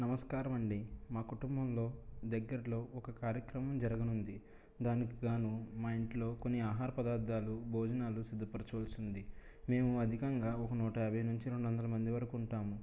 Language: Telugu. నమస్కారమండి మా కుటుంబంలో దగ్గర్లో ఒక కార్యక్రమం జరగనుంది దానికిగాను మా ఇంట్లో కొన్ని ఆహార పదార్థాలు భోజనాలు సిద్ధపరచవలసింది మేము అధికంగా ఒక నూట యాభై నుంచి రెండు వందల మంది వరకు ఉంటాము